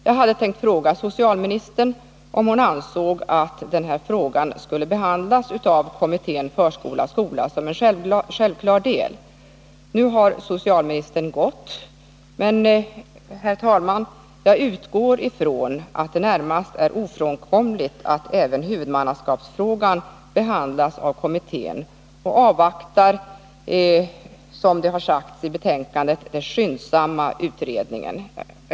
Jag hade tänkt fråga socialministern om hon ansåg att denna fråga skulle behandlas av Förskola-skola-kommittén som en självklar del. Nu har socialministern gått men, herr talman, jag utgår från att det är närmast ofrånkomligt att även huvudmannaskapsfrågan behandlas av kommittén och avvaktar, som det har sagts i betänkandet, den ”skyndsamma” utredningen.